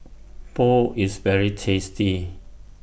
Pho IS very tasty